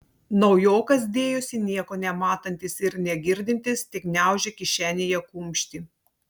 naujokas dėjosi nieko nematantis ir negirdintis tik gniaužė kišenėje kumštį